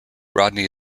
rodney